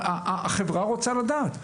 החברה רוצה לדעת.